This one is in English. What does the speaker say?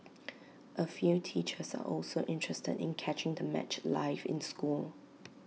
A few teachers also interested in catching the match live in school